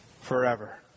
forever